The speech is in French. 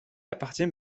appartient